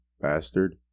bastard